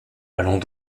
allons